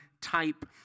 type